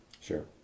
Sure